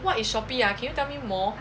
what is shopee ah can you tell me more